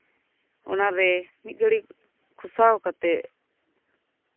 ᱚᱱᱟᱨᱮ ᱢᱤᱫ ᱜᱷᱟᱹᱲᱤ ᱠᱚᱥᱟᱣ ᱠᱟᱛᱮ